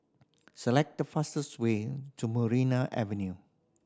select the fastest way to Maria Avenue